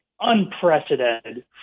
unprecedented